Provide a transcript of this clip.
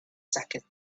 seconds